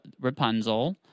Rapunzel